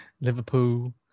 Liverpool